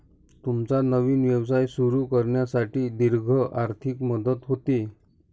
तुमचा नवीन व्यवसाय सुरू करण्यासाठी दीर्घ आर्थिक मदत होते